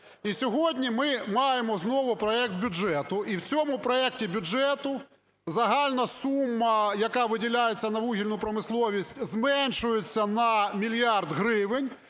сьогодні ми маємо знову проект бюджету. І в цьому проекті бюджету загальна сума, яка виділяється на вугільну промисловість, зменшується на мільярд гривень.